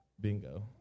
bingo